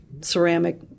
ceramic